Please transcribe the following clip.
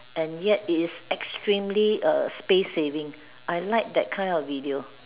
and yet it is extremely a space saving I like that kind of video